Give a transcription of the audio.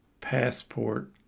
passport